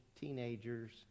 teenagers